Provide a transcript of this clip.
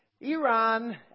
Iran